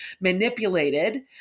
manipulated